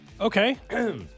Okay